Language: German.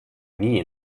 nie